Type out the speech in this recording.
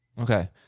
Okay